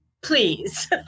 please